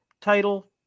title